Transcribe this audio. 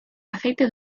aceite